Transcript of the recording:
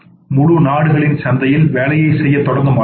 முழு நாடுகளின் சந்தையில் வேலை செய்யத் தொடங்க மாட்டேன்